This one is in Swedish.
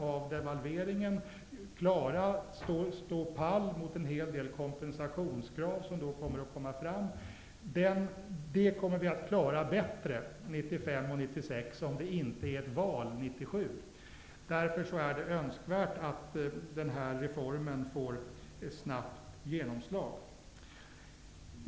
Då befinner vi oss förhoppningsvis i en uppgångsfas då det gäller att klara eftervården av devalveringen och att stå pall mot en hel del kompensationskrav som då kommer fram. Därför är det önskvärt att denna reform får ett snabbt genomslag.